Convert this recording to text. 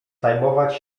zajmować